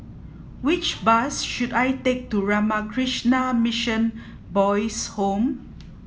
which bus should I take to Ramakrishna Mission Boys' Home